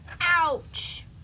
Ouch